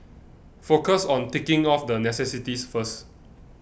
focus on ticking off the necessities first